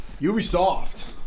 Ubisoft